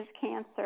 cancer